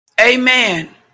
amen